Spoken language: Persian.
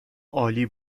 عالی